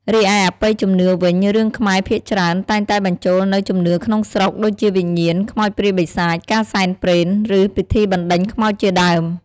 រីឯអបិយជំនឿវិញរឿងខ្មែរភាគច្រើនតែងតែបញ្ចូលនូវជំនឿក្នុងស្រុក ដូចជាវិញ្ញាណ ខ្មោចព្រាយបិសាច ការសែនព្រេន ឬពិធីបណ្ដេញខ្មោចជាដើម ។